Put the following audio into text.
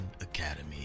Academy